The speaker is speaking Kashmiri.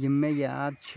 یِم مےٚ یاد چھِ